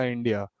India